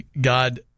God